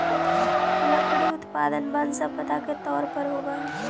लकड़ी के उत्पादन वन सम्पदा के तौर पर होवऽ हई